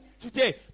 today